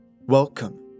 Welcome